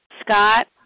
Scott